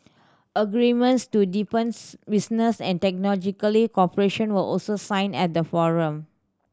agreements to deepens business and technological cooperation were also signed at the forum